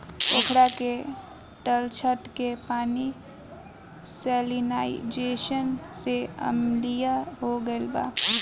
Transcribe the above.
पोखरा के तलछट के पानी सैलिनाइज़ेशन से अम्लीय हो गईल बा